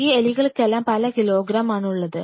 ഈ എലികൾക്കെല്ലാം പല കിലോഗ്രാം ആണുള്ളത്